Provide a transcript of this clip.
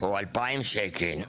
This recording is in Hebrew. או 2,000 שקלים,